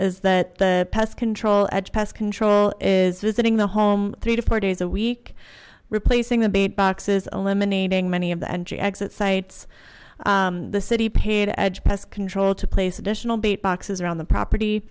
is that the pest control edge pest control is visiting the home three to four days a week replacing the bait boxes eliminating many of the entry exit sites the city paid edge pest control to place additional bait boxes around the property